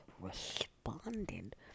responded